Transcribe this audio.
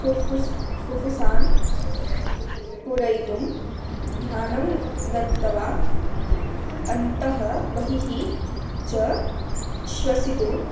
पप्पुसं पप्पुसान् पूरयितुं ध्यानं दत्तवान् अन्तः बहिः च श्वसितुं